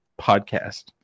Podcast